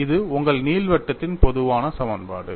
இது உங்கள் நீள்வட்டத்தின் பொதுவான சமன்பாடு